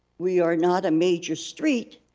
we are not a major street,